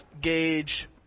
gauge